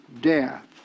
death